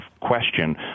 question